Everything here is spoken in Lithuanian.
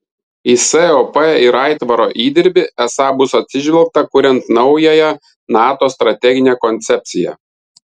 į sop ir aitvaro įdirbį esą bus atsižvelgta kuriant naująją nato strateginę koncepciją